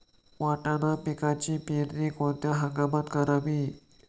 वाटाणा पिकाची पेरणी कोणत्या हंगामात करावी?